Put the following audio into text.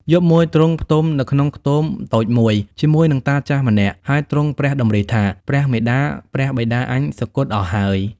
យប់មួយទ្រង់ផ្ទំនៅក្នុងខ្ទមតូចមួយ ជាមួយនឹងតាចាស់ម្នាក់ ហើយទ្រង់ព្រះតម្រិះថា ព្រះមាតាព្រះបិតាអញសុគតអស់ហើយ។